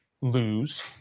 lose